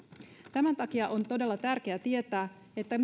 tämän takia on todella tärkeä tietää